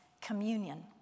communion